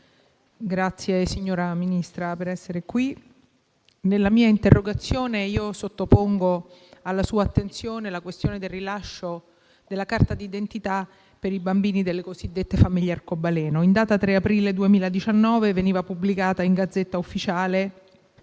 anzitutto il Ministro per la sua presenza. Nella mia interrogazione sottopongo alla sua attenzione la questione del rilascio della carta d'identità per i bambini delle cosiddette famiglie arcobaleno. In data 3 aprile 2019 veniva pubblicata in *Gazzetta Ufficiale*